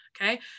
okay